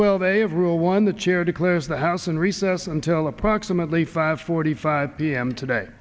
well they have rule one the chair declares the house in recess until approximately five forty five p m today